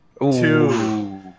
Two